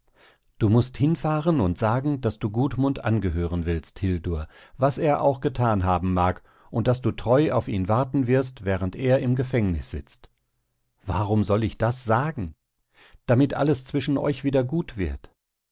du mußt hinfahren und sagen daß du gudmund angehören willst hildur was er auch getan haben mag und daß du treu auf ihn warten wirst während er im gefängnis sitzt warum soll ich das sagen damit alles zwischen euch wieder gut wird